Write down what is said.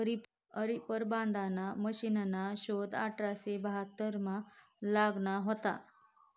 reaper बांधाना मशिनना शोध अठराशे बहात्तरमा लागना व्हता